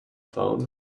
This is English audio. phone